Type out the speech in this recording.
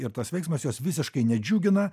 ir tas veiksmas jos visiškai nedžiugina